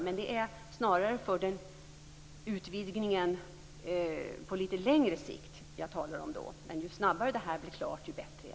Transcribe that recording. Men det är snarare utvidgningen på lite längre sikt jag talar om. Ju snabbare det här blir klart, desto bättre.